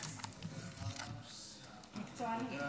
תודה.